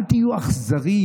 אל תהיו אכזריים.